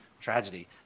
tragedy